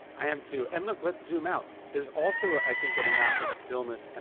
i am, too. and look, let's zoom out. there's also, i think, an amount of stillness, and